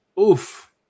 Oof